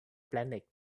planet